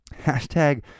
Hashtag